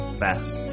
fast